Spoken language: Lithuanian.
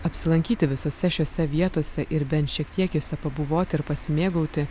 apsilankyti visose šiose vietose ir bent šiek tiek jose pabuvoti ir pasimėgauti